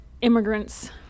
immigrants